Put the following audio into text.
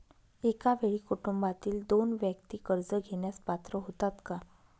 एका वेळी कुटुंबातील दोन व्यक्ती कर्ज घेण्यास पात्र होतात का?